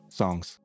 songs